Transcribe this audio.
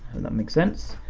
and that makes sense.